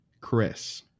Chris